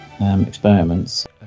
experiments